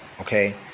Okay